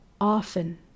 often